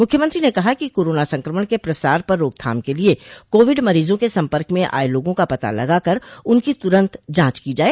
मुख्यमंत्री ने कहा कि कोरोना संक्रमण के प्रसार पर रोकथाम के लिए कोविड मरीजों के संपर्क में आए लोगों का पता लगाकर उनकी तुरंत जांच की जाए